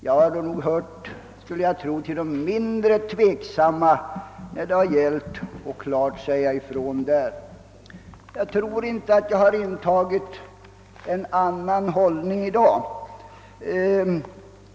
Jag skulle tro att jag har hört till de mindre tveksamma när det har gällt att klart säga ifrån därvidlag. Jag tror inte att jag har intagit en annan hållning i dag.